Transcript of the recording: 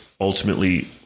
ultimately